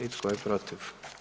I tko je protiv?